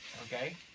Okay